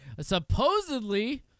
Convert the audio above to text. Supposedly